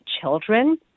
children